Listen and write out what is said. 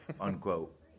unquote